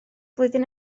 flwyddyn